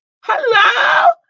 Hello